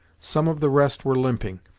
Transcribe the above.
some of the rest were limping,